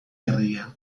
berria